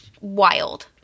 wild